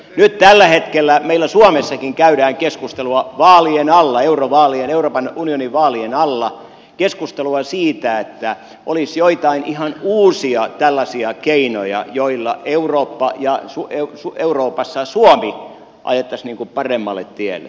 nyt tällä hetkellä meillä suomessakin käydään vaalien alla eurovaalien eli euroopan unionin vaalien alla keskustelua siitä että olisi joitain ihan uusia tällaisia keinoja joilla eurooppa ja euroopassa suomi ajettaisiin paremmalle tielle